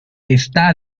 está